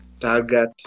Target